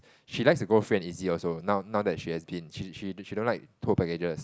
she likes to go free and easy also now now that she has been she she she don't like tour packages